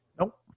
Nope